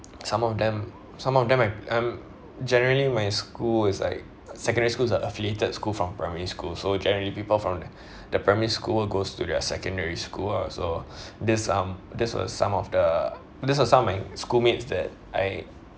some of them some of them I um generally my school is like secondary school is like affiliated school from primary school so generally people from the primary school goes to their secondary school ah so this um this was some of the this was some of my schoolmates that I